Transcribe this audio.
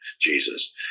Jesus